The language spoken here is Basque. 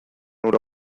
hura